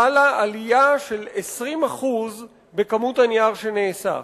חלה עלייה של 20% בכמות הנייר שנאסף.